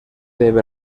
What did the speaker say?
debe